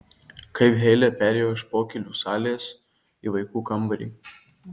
kaip heile perėjo iš pokylių salės į vaikų kambarį